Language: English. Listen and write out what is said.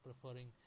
preferring